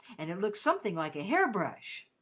and it looks something like a hair-brush.